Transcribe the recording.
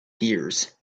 dears